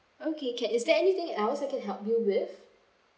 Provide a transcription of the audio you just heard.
okay can is there anything else I can help you with